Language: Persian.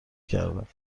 کردم